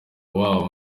waba